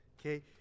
okay